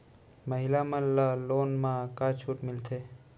महिला मन ला लोन मा का छूट मिलथे?